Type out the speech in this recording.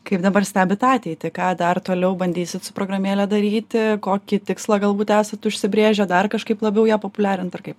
kaip dabar stebit ateitį ką dar toliau bandysit su programėle daryti kokį tikslą galbūt esat užsibrėžę dar kažkaip labiau ją populiarint ir kaip